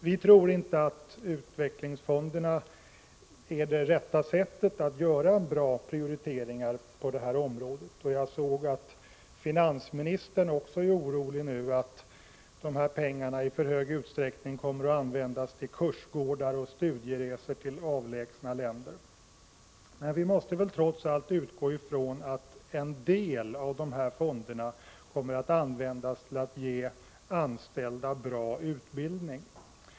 Vi tror inte att införandet av förnyelsefonderna är det rätta sättet att göra bra prioriteringar på detta område, och jag såg att finansministern nu också är orolig för att de här pengarna i för hög utsträckning kommer att användas till kursgårdar och studieresor till avlägsna länder. Men vi måste trots allt utgå från att en del av de här fonderna kommer att användas till att ge anställda bra utbildning.